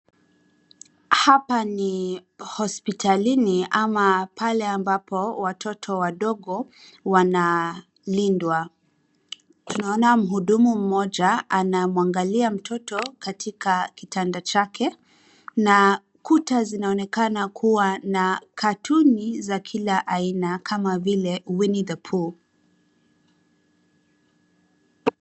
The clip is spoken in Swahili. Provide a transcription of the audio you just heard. Hapa ni hospitalini ama pale ambapo watoto wadogo wanalindwa. Tunaona mhudumu mmoja anamwangalia mtoto katika kitanda chake na kuta zinaonekana kuwa na katuni za kila aina kama vile Winny the poo .